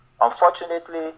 Unfortunately